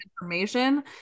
information